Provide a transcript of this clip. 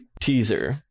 teaser